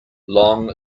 long